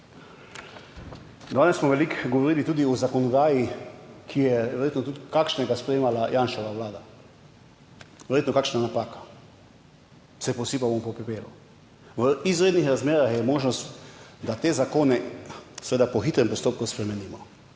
Danes smo veliko govorili tudi o zakonodaji, ki jo je verjetno tudi kakšnega sprejemala Janševa vlada, verjetno kakšna napaka, se posipamo po pepelu. V izrednih razmerah je možnost, da te zakone seveda po hitrem postopku spremenimo.